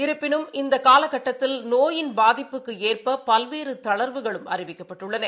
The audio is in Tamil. இருப்பினும் இந்தகாலக்கட்டத்தில் நோயின் பாதிப்புக்குஏற்பபல்வேறுதளா்வுகளும் அறிவிக்கப்பட்டுள்ளன